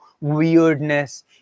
weirdness